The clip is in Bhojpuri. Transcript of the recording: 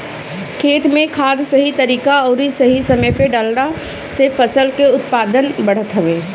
खेत में खाद सही तरीका अउरी सही समय पे डालला से फसल के उत्पादन बढ़त हवे